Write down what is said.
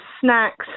snacks